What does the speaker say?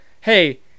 hey